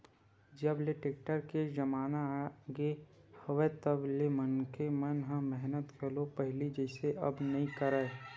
जब ले टेक्टर के जमाना आगे हवय तब ले मनखे मन ह मेहनत घलो पहिली जइसे अब नइ करय